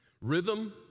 rhythm